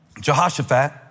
Jehoshaphat